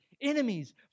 enemies